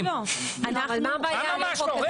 ממש לא, ממש לא.